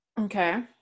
okay